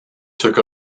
took